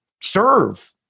serve